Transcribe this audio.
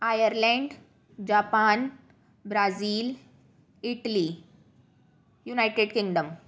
Ireland Japan Brazil Italy